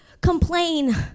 complain